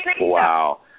Wow